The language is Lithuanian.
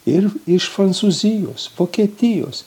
ir iš prancūzijos vokietijos